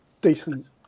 decent